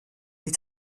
les